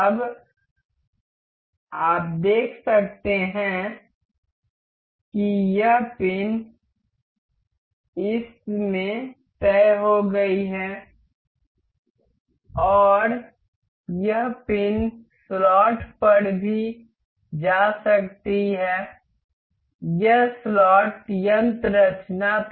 अब आप देख सकते हैं कि यह पिन इस में तय हो गई है और यह पिन स्लॉट पर भी जा सकती है यह स्लॉट यंत्ररचना था